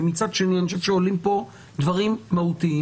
ומצד שני אני חושב שעולים פה דברים מהותיים.